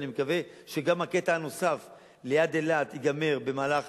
ואני מקווה שגם הקטע הנוסף ליד אילת ייגמר במהלך